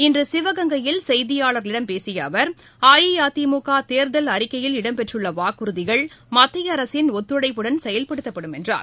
இன்று சிவகங்கையில் செய்தியாளர்களிடம் பேசிய அவர் அஇஅதிமுக தேர்தல் அறிக்கையில் இடம்பெற்றுள்ள வாக்குறுதிகள் மத்திய ஒத்துழைப்புடன் செயல்படுத்தப்படும் என்றார்